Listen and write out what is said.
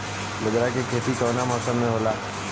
बाजरा के खेती कवना मौसम मे होला?